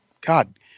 God